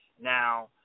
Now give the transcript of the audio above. Now